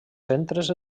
centres